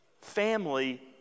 family